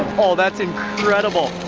that's incredible,